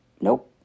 Nope